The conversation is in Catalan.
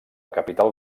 capital